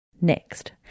next